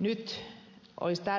nyt